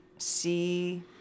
See